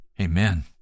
Amen